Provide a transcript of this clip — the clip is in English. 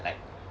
like